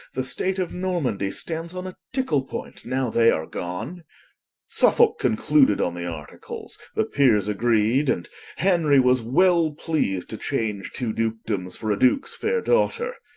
the state of normandie stands on a tickle point, now they are gone suffolke concluded on the articles, the peeres agreed, and henry was well pleas'd, to change two dukedomes for a dukes faire daughter.